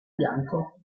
bianco